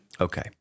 Okay